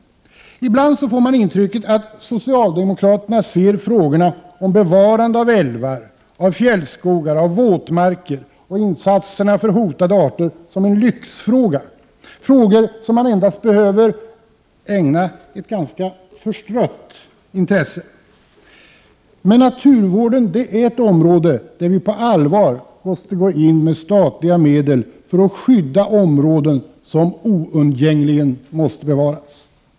Ibland får man intrycket att socialdemokraterna ser frågorna om bevarande av älvar, fjällskogar och våtmarker samt insatserna för hotade arter som lyxfrågor, frågor som endast behöver ägnas ett förstrött intresse. Naturvården är ett område där vi på allvar måste gå in med statliga medel för att skydda områden som oundgängligen måste bevaras.